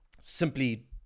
simply